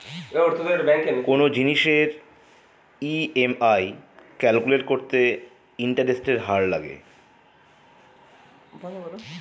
কোনো জিনিসের EMI calculate করতে ইন্টারেস্টের হার লাগে